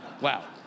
wow